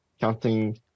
Counting